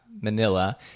Manila